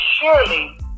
surely